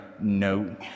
no